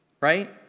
right